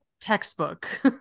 textbook